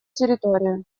территорию